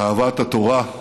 אהבת התורה,